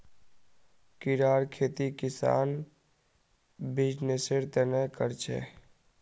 कीड़ार खेती किसान बीजनिस्सेर तने कर छे